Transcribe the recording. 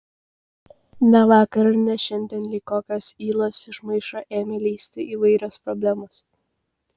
ne vakar ir ne šiandien lyg kokios ylos iš maišo ėmė lįsti įvairios problemos